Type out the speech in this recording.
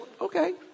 Okay